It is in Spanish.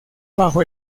bajo